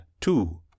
two